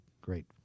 great